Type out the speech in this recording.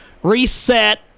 reset